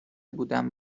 بودم